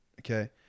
Okay